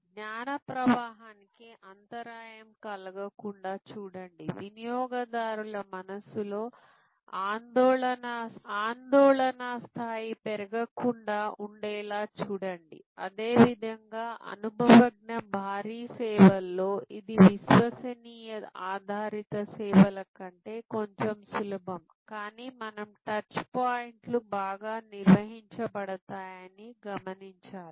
జ్ఞాన ప్రవాహానికి అంతరాయం కలగకుండా చూడండి వినియోగదారుల మనస్సులో ఆందోళన స్థాయి పెరగకుండాఉండేలా చూడండి అదేవిధంగా అనుభవజ్ఞ భారీ సేవల్లో ఇది విశ్వసనీయ ఆధారిత సేవల కంటే కొంచెం సులభం కానీ మనం టచ్ పాయింట్లు బాగా నిర్వహించబడతాయి అని గమనించాలి